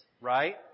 right